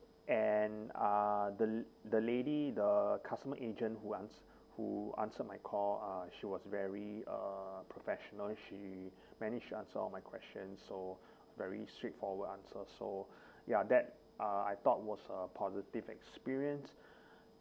and uh the the lady the customer agent who ans~ who answer my call uh she was very uh professional she managed to answer all my questions so very straightforward answer so ya that uh I thought was a positive experience